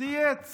צייץ